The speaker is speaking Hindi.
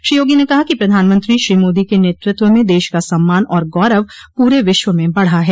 श्री योगी ने कहा कि प्रधानमंत्री श्री मोदी के नेतृत्व में देश का सम्मान और गौरव पूरे विश्व में बढ़ा है